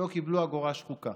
לא קיבלו אגורה שחוקה,